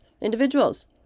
individuals